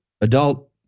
Adult